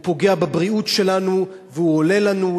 הוא פוגע בבריאות שלנו והוא עולה לנו,